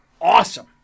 awesome